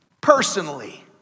personally